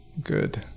good